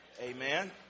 Amen